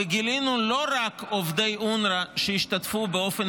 וגילינו לא רק עובדי אונר"א שהשתתפו באופן